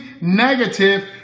negative